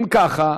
אם ככה,